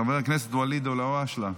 חבר הכנסת ואליד אלהואשלה,